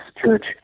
church